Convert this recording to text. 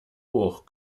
hoch